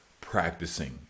practicing